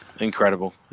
Incredible